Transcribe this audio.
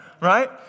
Right